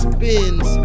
Spins